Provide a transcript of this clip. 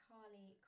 Carly